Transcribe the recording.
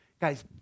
Guys